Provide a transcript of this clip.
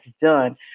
done